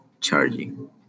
charging